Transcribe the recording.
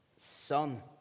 son